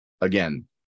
Again